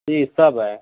जी सब है